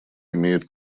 имеет